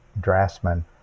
draftsman